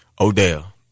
Odell